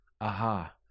Aha